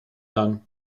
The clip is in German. rang